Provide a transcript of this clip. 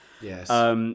Yes